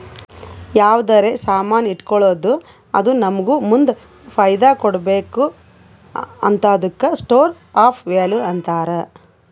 ಯಾವ್ದರೆ ಸಾಮಾನ್ ಇಟ್ಗೋಳದ್ದು ಅದು ನಮ್ಮೂಗ ಮುಂದ್ ಫೈದಾ ಕೊಡ್ಬೇಕ್ ಹಂತಾದುಕ್ಕ ಸ್ಟೋರ್ ಆಫ್ ವ್ಯಾಲೂ ಅಂತಾರ್